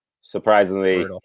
surprisingly